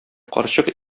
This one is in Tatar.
карчык